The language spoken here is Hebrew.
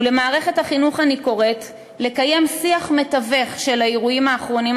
ולמערכת החינוך אני קוראת לקיים שיח מתווך של האירועים הקשים האחרונים,